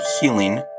healing